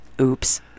Oops